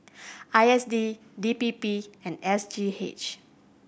I S D D P P and S G H